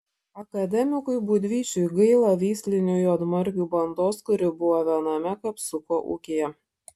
akademikui būdvyčiui gaila veislinių juodmargių bandos kuri buvo viename kapsuko ūkyje